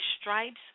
stripes